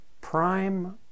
Prime